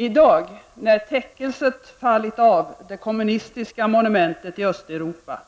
I dag, när täckelset fallit av det kommunistiska monumentet i Östeuropa,